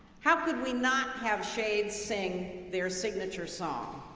how could we not have shades sing their signature song?